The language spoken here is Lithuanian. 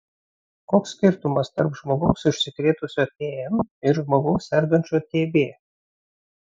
koks skirtumas tarp žmogaus užsikrėtusio tm ir žmogaus sergančio tb